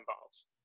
involves